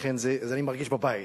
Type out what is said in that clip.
לכן אני מרגיש בבית,